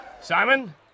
Simon